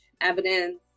evidence